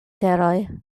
teroj